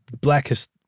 blackest